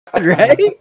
Right